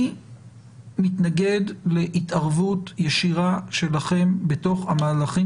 אני מתנגד להתערבות ישירה שלכם בתוך המהלכים